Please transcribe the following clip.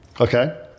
Okay